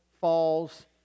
falls